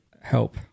help